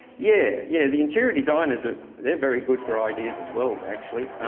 yeah. yeah, the interior designers ah they're very good for ideas as well actually,